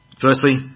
Firstly